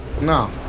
No